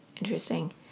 interesting